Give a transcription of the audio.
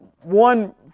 one